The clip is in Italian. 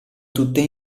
tutte